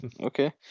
Okay